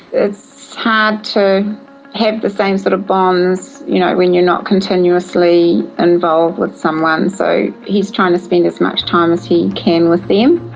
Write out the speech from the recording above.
it's hard to have the same sort of bonds you know when you are not continuously involved with someone. so he is trying to spend as much time as he can with them.